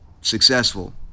successful